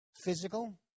physical